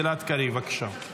חבר הכנסת גלעד קריב, בבקשה.